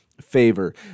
favor